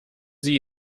sie